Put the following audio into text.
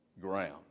ground